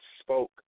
spoke